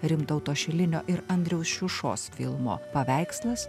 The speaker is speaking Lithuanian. rimtauto šilinio ir andriaus šiušos filmo paveikslas